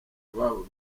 ababo